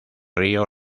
río